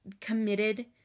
committed